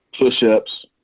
push-ups